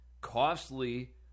costly